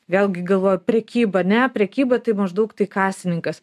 vėlgi galvoja prekyba ne prekyba tai maždaug tai kasininkas